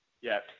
Yes